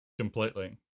completely